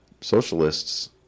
Socialists